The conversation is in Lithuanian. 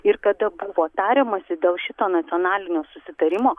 ir kada buvo tariamasi dėl šito nacionalinio susitarimo